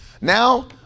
Now